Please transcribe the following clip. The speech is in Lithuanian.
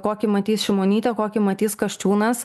kokį matys šimonytė kokį matys kasčiūnas